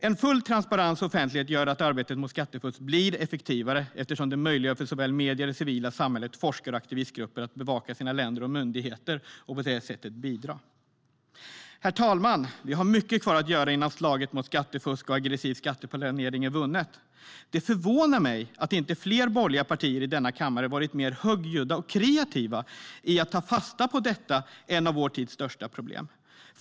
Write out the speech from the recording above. En full transparens och offentlighet gör att arbetet mot skattefusk blir effektivare eftersom det möjliggör för såväl medier som det civila samhället, forskare och aktivistgrupper att bevaka sina länder och myndigheter och på det sättet bidra. Herr talman! Vi har mycket kvar att göra innan slaget mot skattefusk och aggressiv skatteplanering är vunnet. Det förvånar mig att inte fler borgerliga partier i denna kammare varit mer högljudda och kreativa i att ta fasta på detta ett av vår tids största problem.